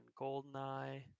Goldeneye